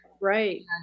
Right